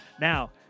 Now